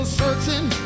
searching